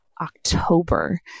October